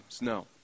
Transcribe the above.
No